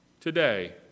today